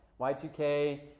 Y2K